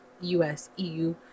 US-EU